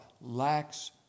lacks